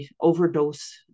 overdose